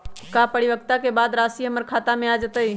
का परिपक्वता के बाद राशि हमर खाता में आ जतई?